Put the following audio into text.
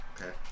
Okay